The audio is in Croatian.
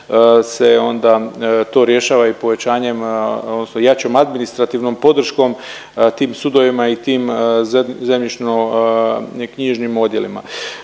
se onda to rješava i povećanjem odnosno jačom administrativnom podrškom tim sudovima i tim zemljišno knjižnim odjelima.